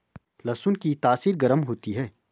लहसुन की तासीर गर्म होती है